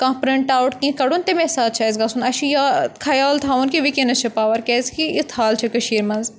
کانٛہہ print out کینٛہہ کَڑُن تَمے ساتہٕ چھُ اَسہِ گژھُن اَسہِ چھُ یہِ خَیال تھاوُن کہِ وٕنکٮ۪نَس چھِ پاوَر کیٛازِکہِ یہِ حال چھِ کٔشیٖرِ مَنٛز